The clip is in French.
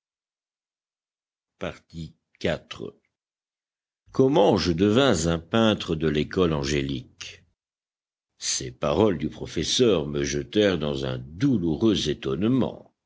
rien comment je devins un peintre de l'école angélique ces paroles du professeur me jetèrent dans un douloureux étonnement